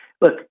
look